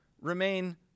remain